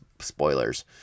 spoilers